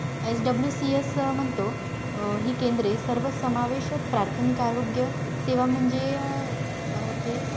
S W C S म्हणतो ही केंद्रे सर्व समावेशक प्राथमिक आरोग्य सेवा म्हणजे ते